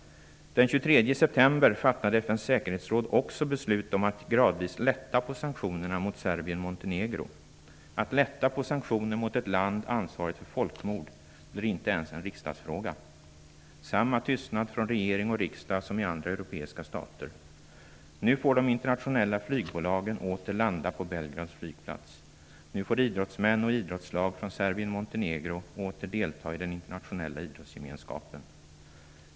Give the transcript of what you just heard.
Den 23 september fattade FN:s säkerhetsråd också beslut om att gradvis lätta på sanktionerna mot Serbien-Montenegro. Frågan om att lätta på sanktioner mot ett land som är ansvarigt för folkmord blir inte ens en riksdagsfråga. Det är samma tystnad från regeringens och riksdagens sida som råder i andra europeiska stater. Nu får de internationella flygbolagen åter landa på Belgrads flygplats. Nu får idrottsmän och idrottslag från Serbien-Montenegro åter delta i den internationella idrottsgemenskapen.